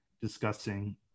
discussing